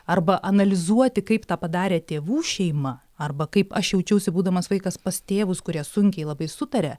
arba analizuoti kaip tą padarė tėvų šeima arba kaip aš jaučiausi būdamas vaikas pas tėvus kurie sunkiai labai sutaria